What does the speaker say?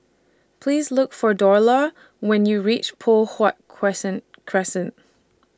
Please Look For Dorla when YOU REACH Poh Huat Crescent Crescent